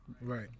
right